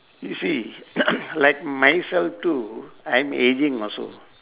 you see like myself too I'm ageing also